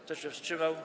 Kto się wstrzymał?